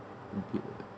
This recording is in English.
mm